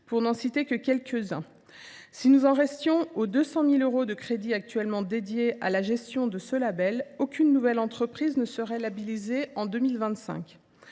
pour n’en citer que quelques unes. Si nous en restions aux 200 000 euros de crédits actuellement consacrés à la gestion du label, aucune nouvelle entreprise ne serait susceptible de